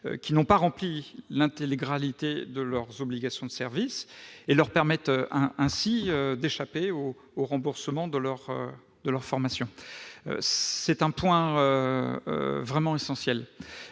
qui n'ont pas rempli l'intégralité de leurs obligations de service ne leur permette d'échapper au remboursement de leur formation. C'est un point vraiment essentiel.